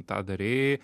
tą darei